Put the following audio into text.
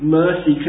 mercy